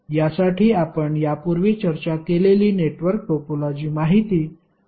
यासाठी आपण यापूर्वी चर्चा केलेली नेटवर्क टोपोलॉजी माहिती वापरू शकतो